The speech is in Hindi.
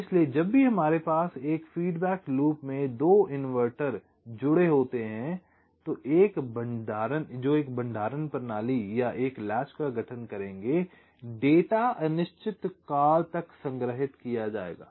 इसलिए जब भी हमारे पास एक फीडबैक लूप में दो इनवर्टर जुड़े होते हैं जो एक भंडारण प्रणाली या एक लैच का गठन करेंगे डेटा अनिश्चित काल तक संग्रहित किया जाएगा